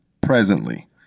presently